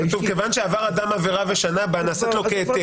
כתוב "כיוון שעבר אדם עבירה ושנה בה --- נעשית לו כהיתר".